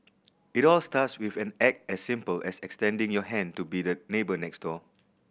it all starts with an act as simple as extending your hand to be the neighbour next door